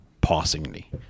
passingly